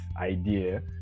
idea